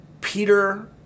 Peter